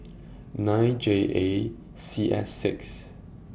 nine J A C S six